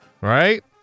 Right